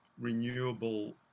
renewable